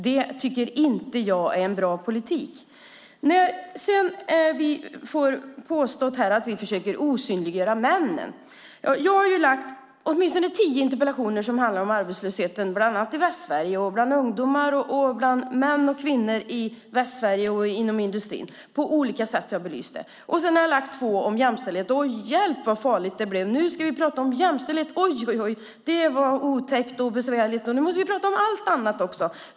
Det tycker inte jag är en bra politik. Sedan påstås det här att vi försöker osynliggöra männen. Jag har väckt åtminstone tio interpellationer som handlar om arbetslösheten bland annat i Västsverige bland ungdomar samt män och kvinnor inom industrin. Jag har på olika sätt belyst frågan. Sedan har jag väckt två interpellationer om jämställdhet. Hjälp vad farligt det blev då. Nu ska vi prata om jämställdhet. Oj, oj, oj! Det är otäckt och besvärligt. Nu måste vi prata om allt annat också.